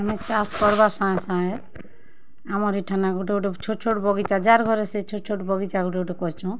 ଆମେ ଚାଷ୍ କର୍ବାର୍ ସାଙ୍ଗେ ସାଙ୍ଗେ ଆମର୍ ଇ ଠାନେ ଗୁଟେ ଗୁଟେ ଛୋଟ୍ ଛୋଟ୍ ବଗିଚା ଯା'ର୍ ଘରେ ସେ ଛୋଟ୍ ଛୋଟ୍ ବଗିଚା ଗୁଟେ ଗୁଟେ କରିଛୁଁ